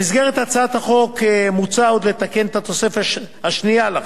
במסגרת הצעת החוק מוצע עוד לתקן את התוספת השנייה לחוק,